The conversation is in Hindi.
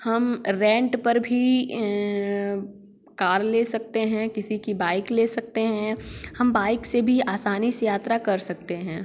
हम रेंट पर भी कार ले सकते हैं किसी की बाइक ले सकते हैं हम बाइक से भी आसानी से यात्रा कर सकते हैं